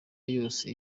yose